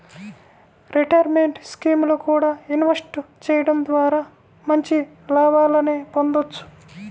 retirement స్కీముల్లో కూడా invest చెయ్యడం ద్వారా మంచి లాభాలనే పొందొచ్చు